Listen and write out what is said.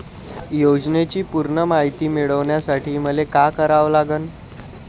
योजनेची पूर्ण मायती मिळवासाठी मले का करावं लागन?